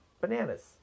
bananas